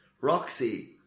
Roxy